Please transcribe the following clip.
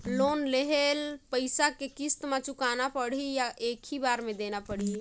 Loan लेहल पइसा के किस्त म चुकाना पढ़ही या एक ही बार देना पढ़ही?